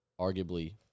arguably